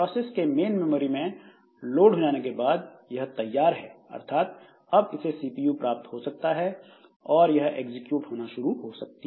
process के main memory में load हो जाने के बाद यह तैयार है अर्थात अब इसे सीपीयू प्राप्त हो सकता है और यह एग्जीक्यूट होना शुरू हो सकती है